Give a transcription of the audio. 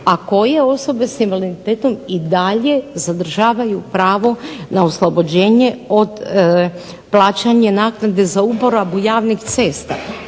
a koje osobe sa invaliditetom i dalje zadržavaju pravo na oslobođenje od plaćanja naknade za uporabu javnih cesta.